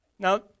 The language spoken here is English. Now